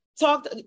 Talked